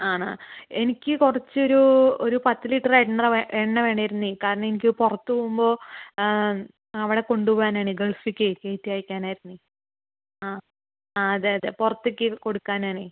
ആണോ എനിക്ക് കുറച്ച് ഒരു ഒരു പത്ത് ലിറ്റർ എണ്ണ എണ്ണ വേണമായിരുന്നു കാരണം എനിക്ക് പുറത്ത് പോകുമ്പോൾ അവിടെ കൊണ്ട് പോവാൻ ആണ് ഗൾഫിലേക്ക് കയറ്റി അയയ്ക്കാൻ ആയിരുന്നു ആ ആ അതെ അതെ പുറത്തേക്ക് കൊടുക്കാൻ ആണ്